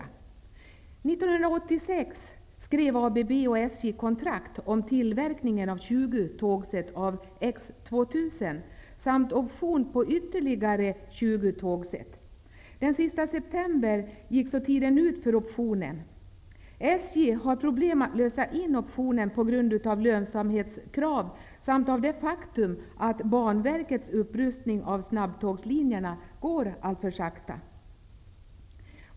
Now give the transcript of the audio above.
1986 skrev ABB och SJ kontrakt om tillverkningen av 20 tågset av X 2000 samt option på ytterligare 20 tågset. Den sista september gick tiden ut för optionen. SJ har problem att lösa in optionen på grund av lönsamhetskrav samt det faktum att Banverkets upprustning av snabbtågslinjerna går alltför långsamt.